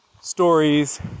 stories